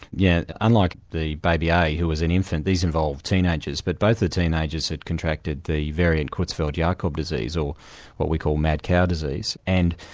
yeah unlike the baby a, who was an infant, these involved teenagers. but both the teenagers had contracted the variant creutzfeldt-jacob disease, or what we call mad cow disease, and